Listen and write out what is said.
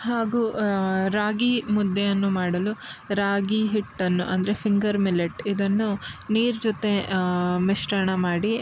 ಹಾಗೂ ರಾಗಿ ಮುದ್ದೆಯನ್ನು ಮಾಡಲು ರಾಗಿ ಹಿಟ್ಟನ್ನು ಅಂದರೆ ಫಿಂಗರ್ ಮಿಲ್ಲೆಟ್ ಇದನ್ನು ನೀರು ಜೊತೆ ಮಿಶ್ರಣ ಮಾಡಿ